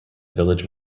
village